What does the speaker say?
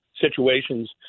situations